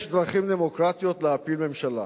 יש דרכים דמוקרטיות להפיל ממשלה.